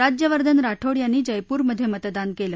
राज्यवर्धन राठोड यांनी जयपूरमधे मतदान केलं